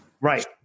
Right